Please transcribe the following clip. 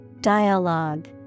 Dialogue